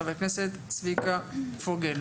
של חה"כ צביקה פוגל.